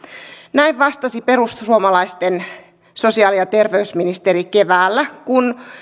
näin vastasi perussuomalaisten sosiaali ja terveysministeri keväällä kun